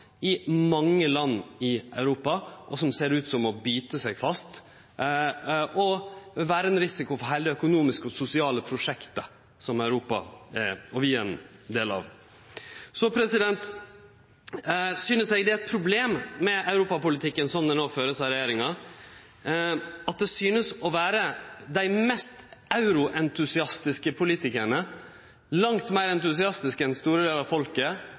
i mange land i Europa, og som ser ut til å bite seg fast og vere ein risiko for heile det økonomiske og sosiale prosjektet som Europa – og vi – er ein del av. Så synest eg det er eit problem med europapolitikken, slik han nå blir ført av regjeringa, at det synest å vere dei mest euroentusiastiske – langt meir entusiastiske enn store delar av folket